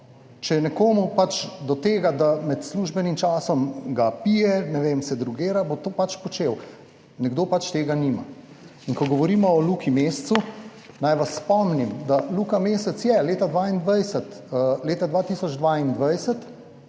je nekomu pač do tega, da med službenim časom ga pije, ne vem, se drogira, bo to pač počel, nekdo pač tega nima. In ko govorimo o Luki Mescu, naj vas spomnim, da Luka Mesec je leta 2022,